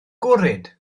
gwrhyd